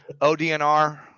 ODNR